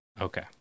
Okay